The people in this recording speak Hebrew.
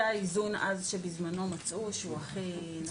זה האיזון שבזמנו מצאו שהוא הכי נכון.